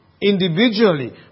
individually